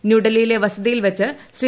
ന്യൂഡൽഹിയിലെ വസതിയിൽ വച്ച് ശ്രീ